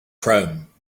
chrome